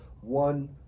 one